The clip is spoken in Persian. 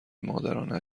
مادرانه